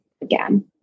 again